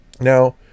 Now